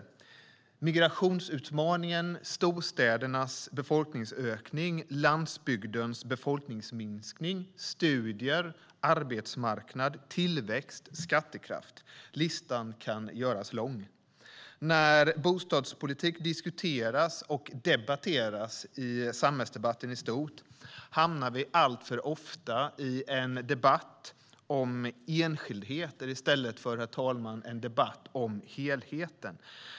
Det handlar om migrationsutmaningen, storstädernas befolkningsökning, landsbygdens befolkningsminskning, studier, arbetsmarknad, tillväxt och skattekraft. Listan kan göras lång. När bostadspolitik diskuteras och debatteras i samhällsdebatten i stort hamnar vi alltför ofta i en debatt om enskildheter i stället för en debatt om helheten.